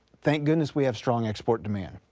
thank goodness we have strong export demand.